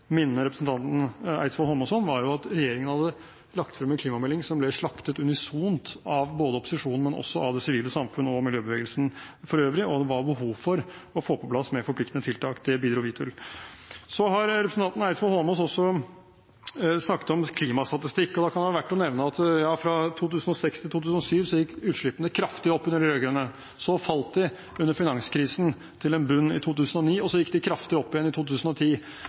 minne representanten Eidsvoll Holmås om – var jo at regjeringen hadde lagt frem en klimamelding som ble slaktet unisont av både opposisjonen og også av det sivile samfunn og miljøbevegelsen for øvrig, og det var behov for å få på plass mer forpliktende tiltak. Det bidro vi til. Så har representanten Eidsvoll Holmås også snakket om klimastatistikk, og da kan det være verdt å nevne at fra 2006 til 2007 gikk utslippene kraftig opp, under de rød-grønne, så falt de til en bunn under finanskrisen i 2009, og så gikk de kraftig opp igjen i 2010.